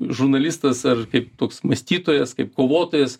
žurnalistas ar kaip toks mąstytojas kaip kovotojas